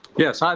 yes, hi